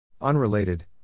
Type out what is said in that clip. Unrelated